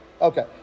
okay